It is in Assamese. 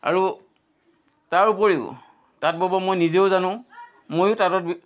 আৰু তাৰ উপৰিও তাঁত বব মই নিজেও জানো ময়ো তাঁতত